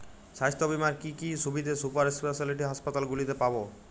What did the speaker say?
স্বাস্থ্য বীমার কি কি সুবিধে সুপার স্পেশালিটি হাসপাতালগুলিতে পাব?